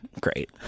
Great